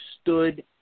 stood